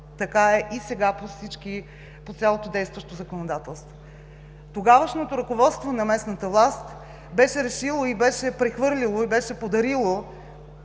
Така е и сега по цялото действащо законодателство. Тогавашното ръководство на местната власт беше решило и беше прехвърлило, и подарило